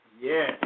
Yes